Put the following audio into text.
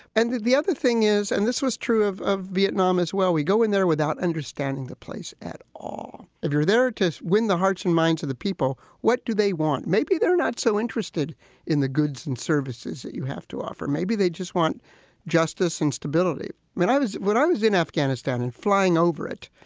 and the the other thing is, and this was true of of vietnam as well, we go in there without understanding the place at all. if you're there to win the hearts and minds of the people, what do they want? maybe they're not so interested in the goods and services that you have to offer. maybe they just want justice and stability. i mean, i was when i was in afghanistan and flying over it,